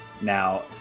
Now